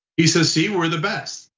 he says see, we're the best.